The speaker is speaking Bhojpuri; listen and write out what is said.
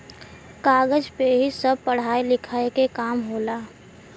कागज पे ही सब पढ़ाई लिखाई के काम होला